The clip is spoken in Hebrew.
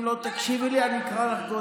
אם לא תקשיבי לי אני אקרא לך גוּטליב.